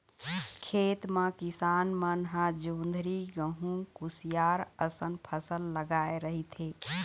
खेत म किसान मन ह जोंधरी, गहूँ, कुसियार असन फसल लगाए रहिथे